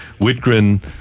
Whitgren